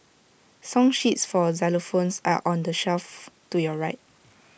song sheets for xylophones are on the shelf to your right